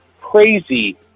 crazy